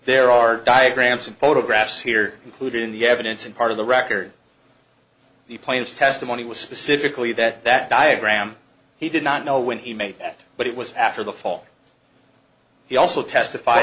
there are diagrams and photographs here included in the evidence and part of the record the planes testimony was specifically that that diagram he did not know when he made that but it was after the fall he also testif